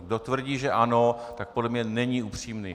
Kdo tvrdí že ano, tak podle mě není upřímný.